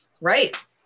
right